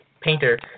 painter